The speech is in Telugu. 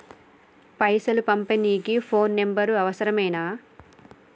పైసలు పంపనీకి ఫోను నంబరు అవసరమేనా?